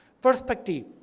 Perspective